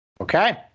Okay